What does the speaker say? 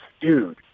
dude